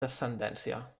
descendència